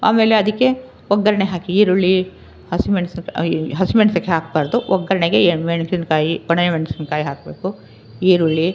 ಆಮೇಲೆ ಅದಕ್ಕೆ ಒಗ್ಗರಣೆ ಹಾಕಿ ಈರುಳ್ಳಿ ಹಸಿಮೆಣ್ಸಿನ ಅಯ್ಯಯ್ಯೊ ಹಸಿಮೆಣ್ಸಿನ್ಕಾಯಿ ಹಾಕಬಾರ್ದು ಒಗ್ಗರಣೆಗೆ ಮೆಣ್ಸಿನ್ಕಾಯಿ ಒಣಮೆಣ್ಸಿನ್ಕಾಯಿ ಹಾಕಬೇಕು ಈರುಳ್ಳಿ